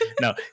No